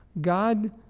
God